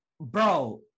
bro